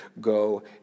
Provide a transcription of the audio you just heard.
go